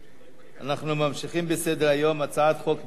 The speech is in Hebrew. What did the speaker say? אנחנו ממשיכים בסדר-היום: הצעת חוק בית-הדין,